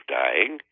dying